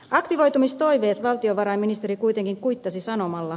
aktivoitumistoiveet valtiovarainministeri kuitenkin kuittasi sanomalla